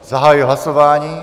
Zahajuji hlasování.